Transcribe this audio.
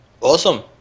Awesome